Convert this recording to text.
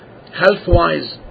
health-wise